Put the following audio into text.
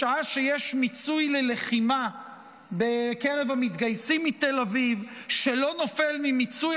בשעה שיש מיצוי ללחימה בקרב המתגייסים מתל אביב שלא נופל ממיצוי